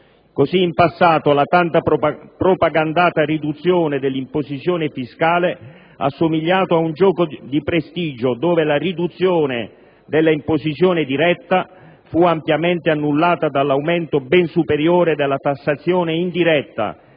Così, in passato, la tanto propagandata riduzione dell'imposizione fiscale somigliò ad un gioco di prestigio dove la riduzione della imposizione diretta fu ampiamente annullata dall'aumento ben superiore della tassazione indiretta,